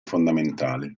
fondamentali